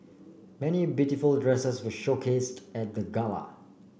many beautiful dresses were showcased at the gala